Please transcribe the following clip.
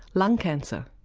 lung cancer.